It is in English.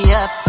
up